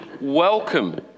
welcome